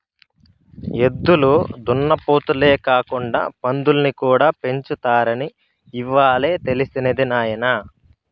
ఎద్దులు దున్నపోతులే కాకుండా పందుల్ని కూడా పెంచుతారని ఇవ్వాలే తెలిసినది నాయన